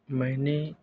میں نے